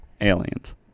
aliens